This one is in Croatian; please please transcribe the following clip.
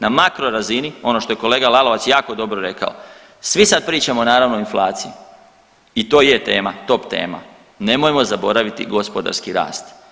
Na makro razini, ono što je kolega Lalovac jako dobro rekao, svi sad pričamo naravno o inflaciji i to je tema, top tema, nemojmo zaboraviti gospodarski rast.